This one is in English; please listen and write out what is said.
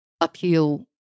appeal